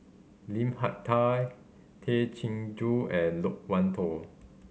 Lim Hak Tai Tay Chin Joo and Loke Wan Tho